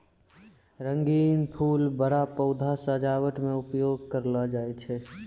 रंगीन फूल बड़ा पौधा सजावट मे उपयोग करलो जाय छै